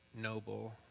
noble